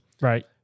Right